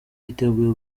yiteguye